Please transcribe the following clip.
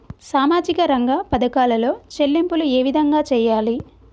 సామాజిక రంగ పథకాలలో చెల్లింపులు ఏ విధంగా చేయాలి?